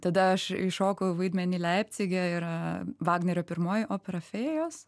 tada aš įšokau į vaidmenį leipcige yra vagnerio pirmoji opera fėjos